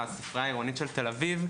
הספרייה העירונית של תל אביב,